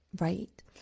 right